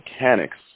mechanics